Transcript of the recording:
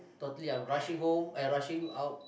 totally I'm rushing home eh rushing out